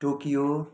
Tokyo